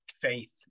faith